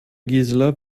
gisela